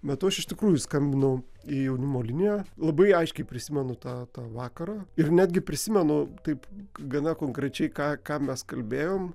metu aš iš tikrųjų skambinau į jaunimo liniją labai aiškiai prisimenu tą tą vakarą ir netgi prisimenu taip gana konkrečiai ką ką mes kalbėjom